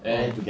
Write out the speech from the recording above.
orh